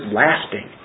lasting